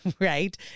Right